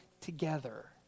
together